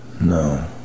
No